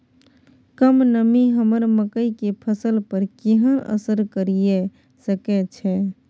कम नमी हमर मकई के फसल पर केहन असर करिये सकै छै?